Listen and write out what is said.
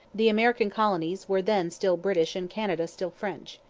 the american colonies were then still british and canada still french.